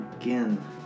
again